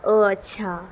او اچھا